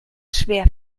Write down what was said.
schwer